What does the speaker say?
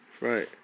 Right